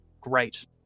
great